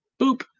boop